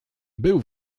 był